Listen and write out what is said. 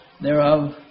thereof